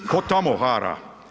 Ko tamo hara?